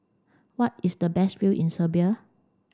what is the best view in Serbia